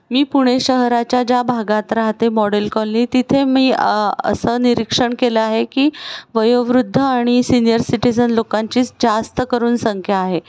मी पुणे शहराच्या ज्या भागात राहते मॉडेल कॉलनी तिथे मी असं निरीक्षण केलं आहे की वयोवृद्ध आणि सिनियर सिटीझन लोकांचीच जास्त करून संख्या आहे